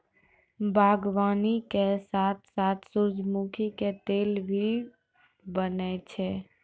बागवानी के साथॅ साथॅ सूरजमुखी के तेल भी बनै छै